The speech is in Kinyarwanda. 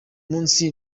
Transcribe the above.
munsi